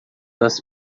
das